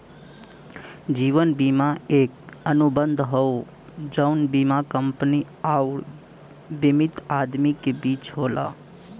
जीवन बीमा एक अनुबंध हौ जौन बीमा कंपनी आउर बीमित आदमी के बीच होला